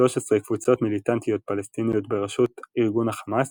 13 קבוצות מיליטנטיות פלסטיניות בראשות ארגון החמאס